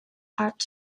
art